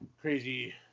crazy